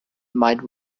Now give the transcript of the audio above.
might